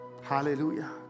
Hallelujah